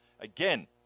Again